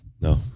No